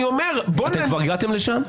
כבר הגעתם לשם?